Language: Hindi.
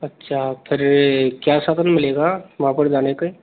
अच्छा फिर क्या साधन मिलेगा वहाँ तक जाने का